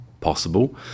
possible